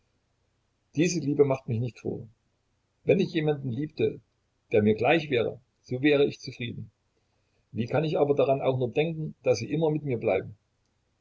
diese liebe macht mich nicht froh wenn ich jemanden liebte der mir gleich wäre so wäre ich zufrieden wie kann ich aber daran auch nur denken daß sie immer mit mir bleiben